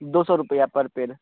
दो सौ रुपया पर पेड़